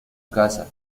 casa